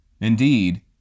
Indeed